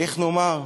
איך נאמר,